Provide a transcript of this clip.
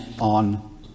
on